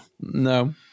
No